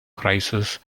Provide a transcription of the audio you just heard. crises